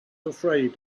afraid